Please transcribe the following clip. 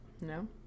No